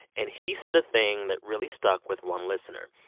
and he said a thing that really stuck with one listener.